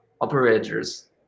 operators